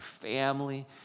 family